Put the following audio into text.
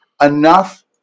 enough